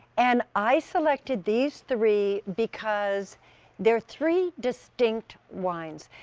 and i selected these three because they are three distinct ones.